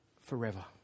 forever